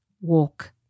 walk